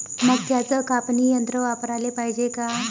मक्क्याचं कापनी यंत्र वापराले पायजे का?